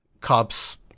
cops